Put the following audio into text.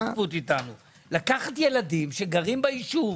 לקחת ילדים שגרים בישוב